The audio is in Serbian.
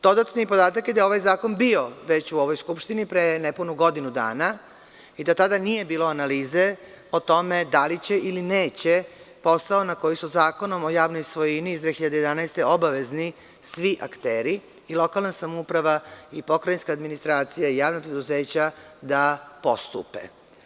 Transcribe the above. Dodatni podatak je da je ovaj zakon bio već u ovoj Skupštini pre nepunu godinu dana i tada nije bilo analize o tome da li će ili neće posao na koji su ,Zakonom o javnoj svojini iz 2011. godine obavezni svi akteri i lokalna samouprava i pokrajinska administracija i javna preduzeća da postupe.